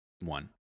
One